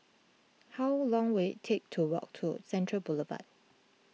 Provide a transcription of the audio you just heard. how long will it take to walk to Central Boulevard